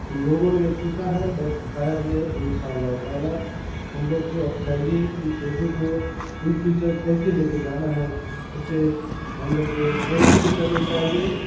لوگوں نے سیکھا ہے اور سکھایا بھی ہے انشاء اللہ تعالیٰ ہم لوگ کو اب چاہیے کہ اردو کو ان فیوچر کیسے لے کے جانا ہے اس پہ ہم لوگ کو غور و فکر کرنی چاہیے